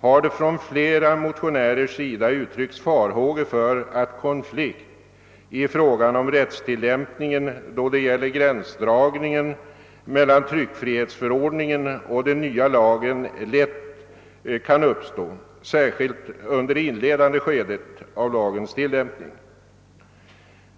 har det från flera motionärers sida uttryckts farhågor för att konflikt i fråga om rättstillämpningen, då det gäller gränsdragningen mellan tryckfrihetsförordningen och den nya lagen, lätt kan uppstå särskilt under det inledande skedet av lagens tillämpning.